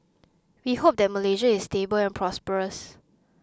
we hope that Malaysia is stable and prosperous